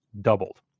doubled